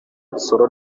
nsoro